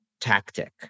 tactic